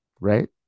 right